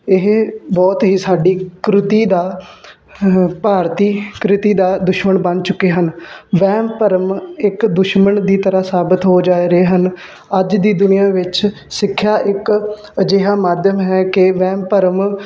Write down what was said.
ਇਹ ਬਹੁਤ ਹੀ ਸਾਡੀ ਕ੍ਰਿਤੀ ਦਾ ਭਾਰਤੀ ਕ੍ਰਿਤੀ ਦਾ ਦੁਸ਼ਮਣ ਬਣ ਚੁੱਕੇ ਹਨ ਵਹਿਮ ਭਰਮ ਇੱਕ ਦੁਸ਼ਮਣ ਦੀ ਤਰ੍ਹਾਂ ਸਾਬਿਤ ਹੋ ਜਾ ਰਹੇ ਹਨ ਅੱਜ ਦੀ ਦੁਨੀਆਂ ਵਿੱਚ ਸਿੱਖਿਆ ਇੱਕ ਅਜਿਹਾ ਮਾਧਿਅਮ ਹੈ ਕਿ ਵਹਿਮ ਭਰਮ